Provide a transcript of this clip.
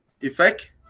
effect